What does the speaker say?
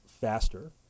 faster